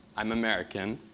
i'm american.